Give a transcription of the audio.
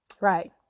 Right